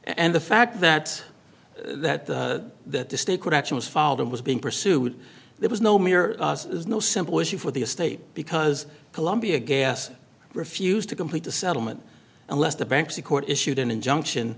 and the fact that that that the state court action was followed and was being pursued there was no mirror is no simple issue for the estate because columbia gas refused to complete the settlement unless the banks a court issued an injunction